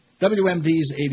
WMD's